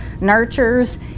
nurtures